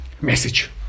message